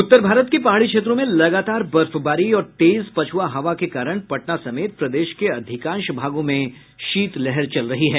उत्तर भारत के पहाड़ी क्षेत्रों में लगातार बर्फबारी और तेज पछ्आ हवा के कारण पटना समेत प्रदेश के अधिकांश भागों में शीतलहर चल रही है